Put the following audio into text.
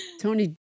Tony